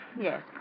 Yes